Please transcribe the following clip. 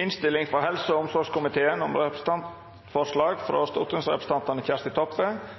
ønske frå helse- og omsorgskomiteen